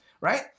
right